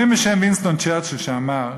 אומרים בשם וינסטון צ'רצ'יל, שאמר: